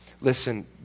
listen